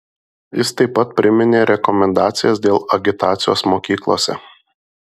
jis taip pat priminė rekomendacijas dėl agitacijos mokyklose